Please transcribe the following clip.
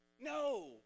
No